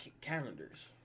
calendars